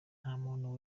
ntamuntu